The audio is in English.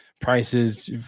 prices